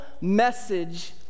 message